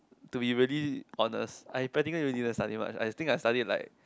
to be really honest I practical didn't study much I think I study like